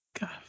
God